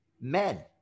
men